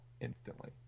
instantly